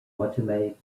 automatic